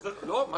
לא.